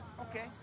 Okay